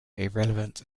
irrelevant